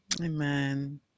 Amen